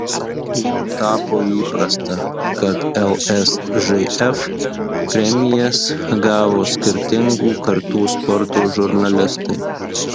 jau tapo įprasta kad lsžf premijas gavo skirtingų kartų sporto žurnalistai